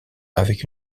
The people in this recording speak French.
avec